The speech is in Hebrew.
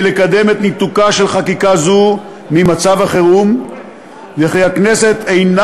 לקדם את ניתוקה של חקיקה זו ממצב החירום ושהכנסת אינה